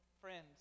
friends